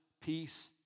peace